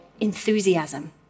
enthusiasm